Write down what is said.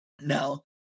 Now